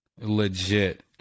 legit